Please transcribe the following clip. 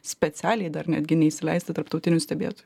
specialiai dar netgi neįsileisti tarptautinių stebėtojų